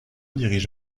dirige